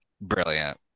Brilliant